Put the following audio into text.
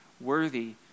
Worthy